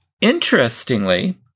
Interestingly